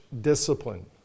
discipline